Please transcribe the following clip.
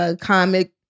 comic